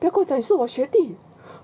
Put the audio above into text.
不要跟我讲你是我学弟